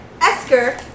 Esker